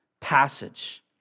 passage